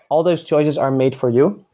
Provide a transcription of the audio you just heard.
all those choices are made for you.